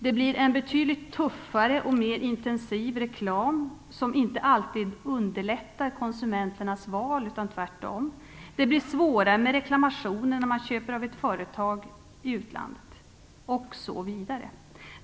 Det blir en betydligt tuffare och mer intensiv reklam, som inte alltid underlättar men i stället kan försvåra konsumenternas val. Det blir svårare med reklamationer när man köper av ett företag i utlandet osv.